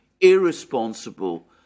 irresponsible